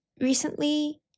recently